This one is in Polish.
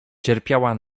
cierpiała